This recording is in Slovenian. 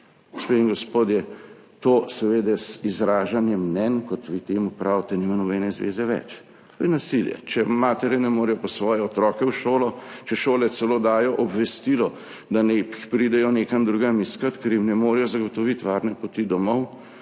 Gospe in gospodje, to seveda z izražanjem mnenj, kot vi temu pravite, nima nobene zveze več. To je nasilje. Če matere ne morejo po svoje otroke v šolo, če šole celo dajo obvestilo, da naj jih pridejo nekam drugam iskat, ker jim ne morejo zagotoviti varne poti domov,